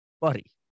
Buddy